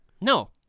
no